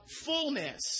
fullness